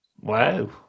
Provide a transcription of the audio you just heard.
Wow